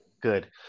Good